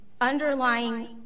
underlying